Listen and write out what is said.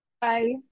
Bye